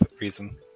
reason